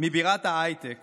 מבירת ההייטק